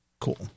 cool